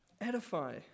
Edify